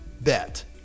bet